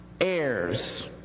heirs